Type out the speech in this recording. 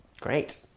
great